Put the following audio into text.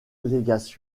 organisée